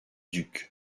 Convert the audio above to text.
duc